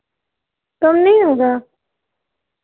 कम नहीं होगा